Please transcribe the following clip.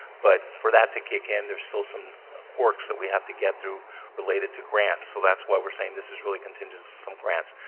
but for that to kick in, there's still some quirks that we have to get through related to grants, so that's why we're saying this is really contingent to some grants.